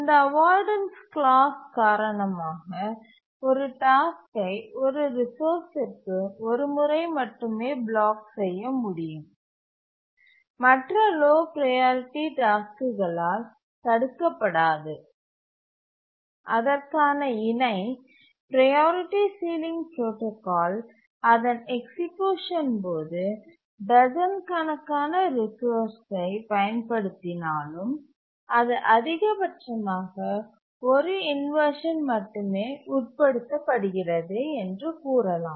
இந்த avoidance clause காரணமாக ஒரு டாஸ்க்கை ஒரு ரிசோர்ஸ்சிற்கு ஒரு முறை மட்டுமே பிளாக் செய்ய முடியும் மற்ற லோ ப்ரையாரிட்டி டாஸ்க்குளால் தடுக்கப்படாது அதற்கான இணை ப்ரையாரிட்டி சீலிங் புரோடாகால் அதன் எக்சீக்யூசன் போது டஜன் கணக்கான ரிசோர்ஸ்சை பயன்படுத்தினாலும் அது அதிகபட்சமாக ஒரு இன்வர்ஷன் மட்டுமே உட்படுத்தப்படுகிறது என்று கூறலாம்